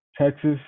texas